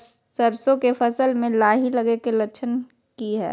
सरसों के फसल में लाही लगे कि लक्षण हय?